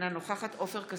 אינה נוכחת עופר כסיף,